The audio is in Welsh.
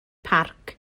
parc